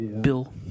Bill